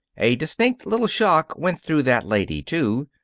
a distinct little shock went through that lady, too.